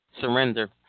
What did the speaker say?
Surrender